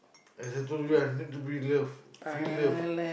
as I told you I need to be loved feel loved